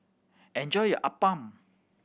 enjoy your appam